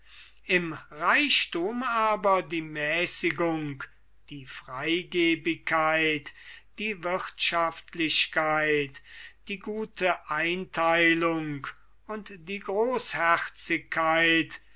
im reichthum aber die mäßigung die freigebigkeit die wirthschaftlichkeit die gute eintheilung und die großherzigkeit